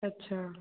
अच्छा